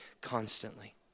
constantly